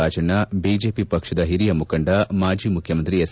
Rajanna BJP ಪಕ್ಷದ ಹಿರಿಯ ಮುಖಂಡ ಮಾಜಿ ಮುಖ್ಯಮಂತ್ರಿ ಎಸ್